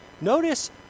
Notice